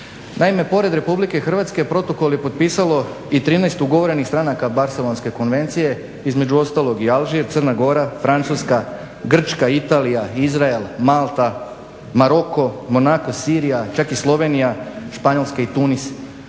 Naime, pored Republike Hrvatske protokol je potpisalo i 13 ugovorenih stranaka Barcelonske konvencije, između ostalog i Alžir, Crna Gora, Francuska, Grčka, Italija, Izrael, Malta, Maroko, Monako, Sirija, čak i Slovenija, Španjolska i Tunis.